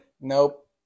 Nope